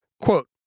Quote